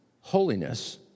holiness